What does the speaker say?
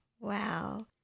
wow